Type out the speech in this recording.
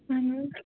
اَہَن حظ